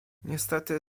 niestety